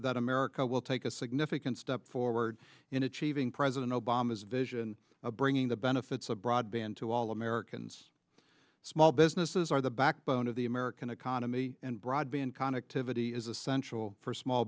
that america will take a significant step forward in achieving president obama's vision of bringing the benefits of broadband to all americans small businesses are the backbone of the american economy and broadband connectivity is essential for small